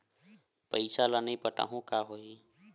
पईसा ल नई पटाहूँ का होही?